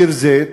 בביר-זית,